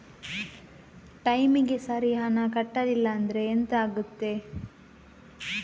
ಟೈಮಿಗೆ ಸರಿ ಹಣ ಕಟ್ಟಲಿಲ್ಲ ಅಂದ್ರೆ ಎಂಥ ಆಗುತ್ತೆ?